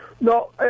No